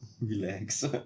relax